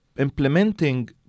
implementing